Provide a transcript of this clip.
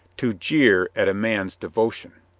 to jeer at a man's devotion.